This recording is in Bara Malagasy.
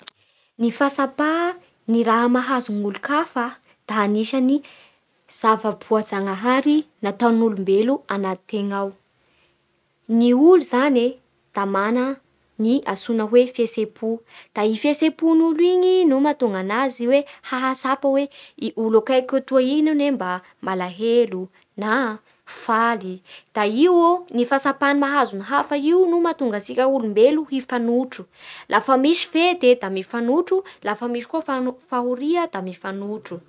Ny fahatsapa ny raha mahazo ny olo-kafa da anisan'ny zava-boajanahary nataon'olombelo anatintegna ao, ny olo zany e da mana ny antsoina hoe fihetse-po, da igny fiehetse-pon'olo igny no maha tonga anazy hoe i olo akaikiko etoa igny anie mba malahelo, na faly. da io ô, fahatsapa mahazo ny hafa io no mahatongatsika olombelo hifanotro. Lafa misy fety da mifanotro, lafa misy koa fahoria da mifanotro.